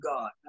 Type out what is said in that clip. god